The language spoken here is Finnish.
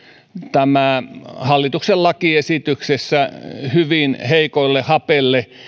tämä hallituksen lakiesityksessä hyvin heikolle hapelle